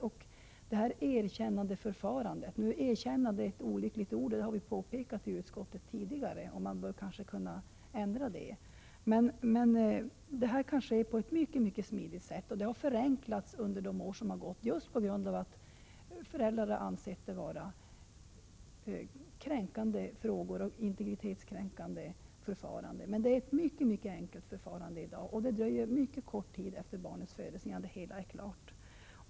Nu är ”erkännande” ett olyckligt ord, vilket vi påpekat i utskottet tidigare. Man bör kanske kunna ändra det. Men förfarandet har förenklats under de år som gått just på grund av att föräldrar har ansett det vara kränkande frågor och ett integritetskränkande förfarande. Det dröjer mycket kort tid efter barnets födelse innan det hela är klart.